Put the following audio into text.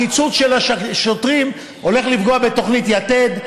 הקיצוץ של השוטרים הולך לפגוע בתוכנית יתד,